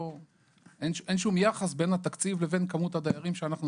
אין שום יחס בין התקציב לבין כמות הדיירים שאנחנו